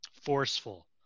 forceful